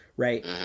Right